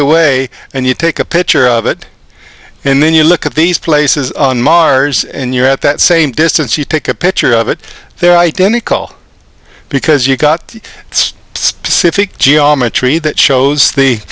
away and you take a picture of it and then you look at these places on mars and you're at that same distance you take a picture of it they're identical because you've got it's specific geometry that shows the